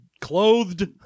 clothed